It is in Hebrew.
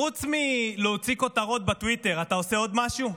חוץ מלהוציא כותרות בטוויטר, אתה עושה עוד משהו?